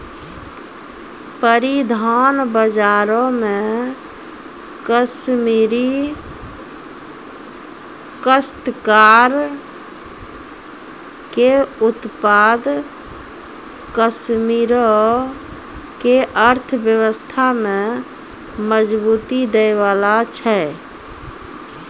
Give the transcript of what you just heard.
परिधान बजारो मे कश्मीरी काश्तकार के उत्पाद कश्मीरो के अर्थव्यवस्था में मजबूती दै बाला छै